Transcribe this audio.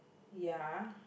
ya